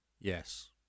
Yes